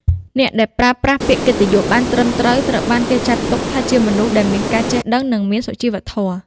អ្នកដែលប្រើប្រាស់ពាក្យកិត្តិយសបានត្រឹមត្រូវ ត្រូវបានគេចាត់ទុកថាជាមនុស្សដែលមានការចេះដឹង និងមានសុជីវធម៌។